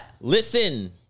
listen